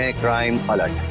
ah crime alert.